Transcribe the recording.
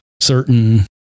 certain